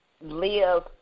live